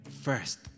first